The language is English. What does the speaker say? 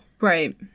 right